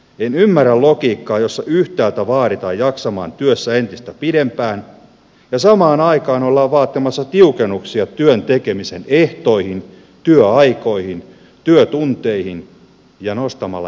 en ymmärrä logiikkaa jossa yhtäältä vaaditaan jaksamaan työssä entistä pidempään ja samaan aikaan ollaan vaatimassa tiukennuksia työn tekemisen ehtoihin työaikoihin työtunteihin ja nostamassa eläkeikiä